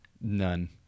None